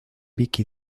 vicky